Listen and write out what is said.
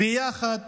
ביחד.